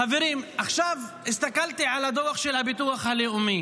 חברים, הסתכלתי על הדוח של הביטוח הלאומי